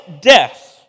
death